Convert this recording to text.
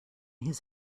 his